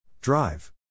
Drive